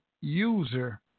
user